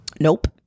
Nope